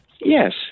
Yes